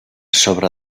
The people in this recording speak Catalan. sobre